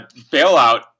bailout